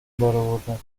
درآوردم